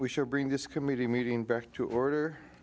we should bring this committee meeting back to order